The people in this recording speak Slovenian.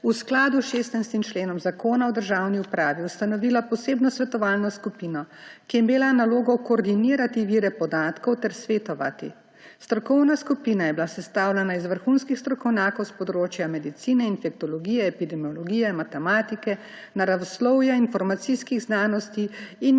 v skladu s 16. členom Zakona o državni upravi ustanovila posebno posvetovalno skupino, ki je imela nalogo koordinirati vire podatkov ter svetovati. Strokovna skupina je bila sestavljena iz vrhunskih strokovnjakov s področja medicine, infektologije, epidemiologije, matematike, naravoslovja, informacijskih znanosti in